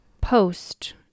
post